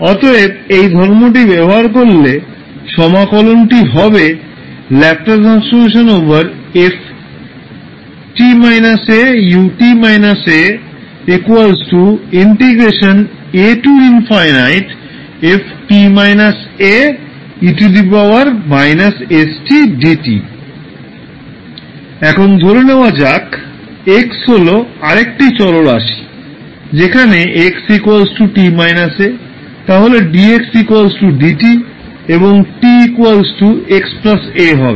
অতএব এই ধর্মটি ব্যবহার করলে সমাকলনটি হবে এখন ধরে নেওয়া যাক x হল আরেকটি চলরাশি যেখানে x t a তাহলে dx dt এবং t x a হবে